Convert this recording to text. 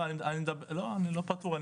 לא, אני לא פטור.